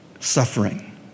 suffering